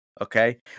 Okay